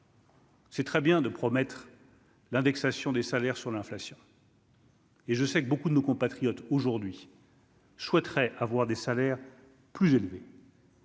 C'est très bien de promettre l'indexation des salaires sur l'inflation. Et je sais que beaucoup de nos compatriotes aujourd'hui. Je souhaiterais avoir des salaires plus élevés.